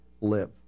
live